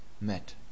met